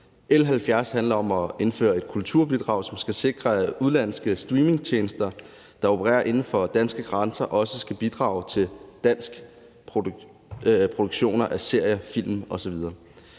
L 70 handler om at indføre et kulturbidrag, der skal sikre, at udenlandske streamingtjenester, der opererer inden for danske grænser, også skal bidrage til danske produktioner af serier, film osv.